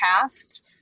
past